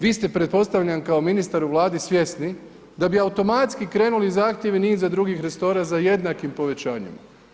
Vi ste pretpostavljam kao ministar u Vladi svjesni da bi automatski krenuli zahtjevi niza drugih resora za jednakim povećanjem.